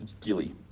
Gilly